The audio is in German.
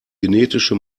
genetische